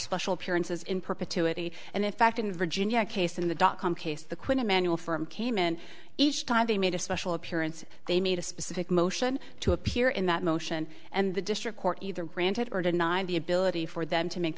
special appearances in perpetuity and in fact in virginia case in the dot com case the quinn emanuel firm came and each time they made a special appearance they made a specific motion to appear in that motion and the district court either granted or denied the ability for them to make